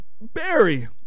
barry